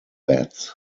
bats